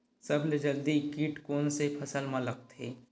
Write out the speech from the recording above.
सबले जल्दी कीट कोन से फसल मा लगथे?